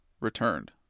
returned